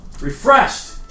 refreshed